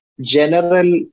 general